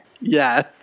yes